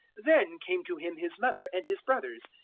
then came to him his mother and his brothers,